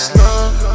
love